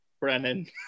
Brennan